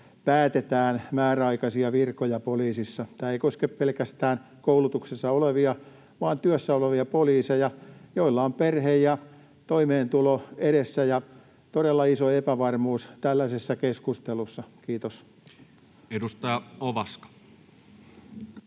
päätetään määräaikaisia virkoja poliisissa? Tämä ei koske pelkästään koulutuksessa olevia vaan myös työssä olevia poliiseja, joilla on perhe ja toimeentulosta edessä todella iso epävarmuus tällaisessa keskustelussa. — Kiitos. Edustaja Ovaska.